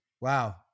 wow